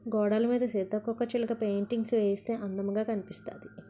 గోడలమీద సీతాకోకచిలక పెయింటింగ్స్ వేయిస్తే అందముగా కనిపిస్తాది